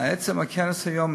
עצם הכנס היום,